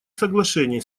соглашения